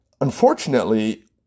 unfortunately